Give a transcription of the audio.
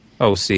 OC